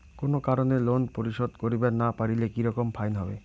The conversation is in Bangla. কোনো কারণে লোন পরিশোধ করিবার না পারিলে কি রকম ফাইন হবে?